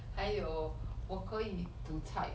还有我可以煮菜